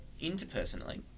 interpersonally